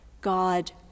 God